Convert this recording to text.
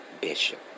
Bishop